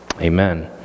Amen